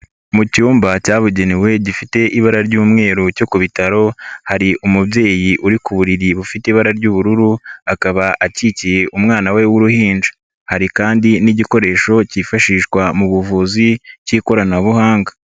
Mu cyumba cyabugenewe gifite ibara ry'umweru cyo ku bitaro, hari umubyeyi uri ku buriri bufite ibara ry'ubururu, akaba akikiye umwana we w'uruhinja, hari kandi n'igikoresho cyifashishwa mu buvuzi cy'ikoranabuhanga.